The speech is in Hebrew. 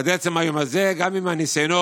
ועד עצם היום הזה, גם עם הניסיונות,